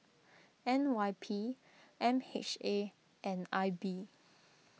N Y P M H A and I B